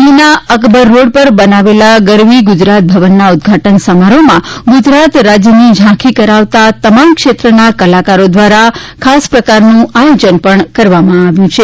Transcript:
દિલ્હીના અકબર રોડ પર બનાવેલ ગરવી ગુજરાત ભવન ના ઉદ્વાટન સમારોહમાં ગુજરાત રાજ્યની ઝાંખી કરાવતા તમામ ક્ષેત્રના કલાકારો દ્વારા ખાસ પ્રકારનું આયોજન પણ કરવામાં આવ્યું છે